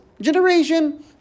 Generation